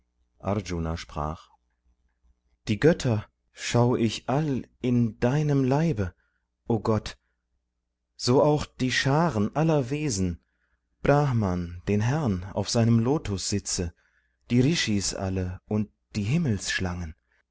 arjuna sprach die götter schau ich all in deinem leibe o gott so auch die scharen aller wesen brahman den herrn auf seinem lotussitze die rishis alle und die